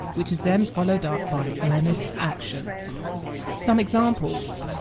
which is then followed up by earnest action some examples.